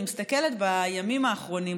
אני מסתכלת בימים האחרונים,